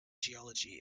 geology